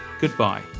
goodbye